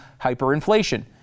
hyperinflation